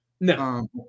No